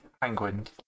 Penguin